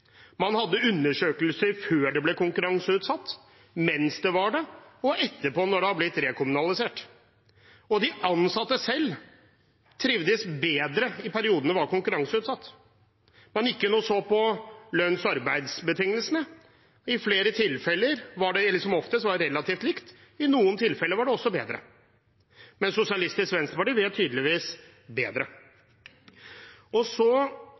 Man hadde undersøkelser før det ble konkurranseutsatt, mens det var det, og etterpå, når det hadde blitt rekommunalisert, og de ansatte selv trivdes bedre i perioden da det var konkurranseutsatt. Man gikk inn og så på lønns- og arbeidsbetingelsene. I flere tilfeller, eller som oftest, var det relativt likt, i noen tilfeller var det også bedre. Men Sosialistisk Venstreparti vet tydeligvis bedre. Så er det noe med liv og